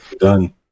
Done